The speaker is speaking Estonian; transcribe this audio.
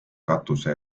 katuse